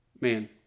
Man